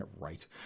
right